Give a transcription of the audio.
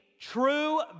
true